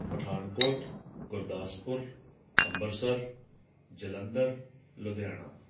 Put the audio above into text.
Pathankot Gurdaspur Amritsar Jalandhar Ludhiana